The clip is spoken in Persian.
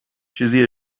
چیزی